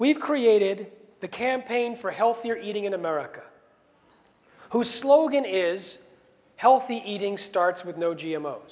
we've created the campaign for healthier eating in america whose slogan is healthy eating starts with no g